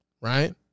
Right